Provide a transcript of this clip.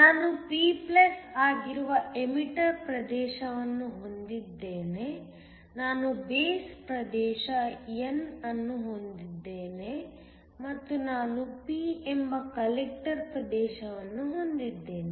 ನಾನು p ಆಗಿರುವ emitter ಪ್ರದೇಶವನ್ನು ಹೊಂದಿದ್ದೇನೆ ನಾನು ಬೇಸ್ ಪ್ರದೇಶ n ಅನ್ನು ಹೊಂದಿದ್ದೇನೆ ಮತ್ತು ನಾನು p ಎಂಬ ಕಲೆಕ್ಟರ್ ಪ್ರದೇಶವನ್ನು ಹೊಂದಿದ್ದೇನೆ